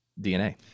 DNA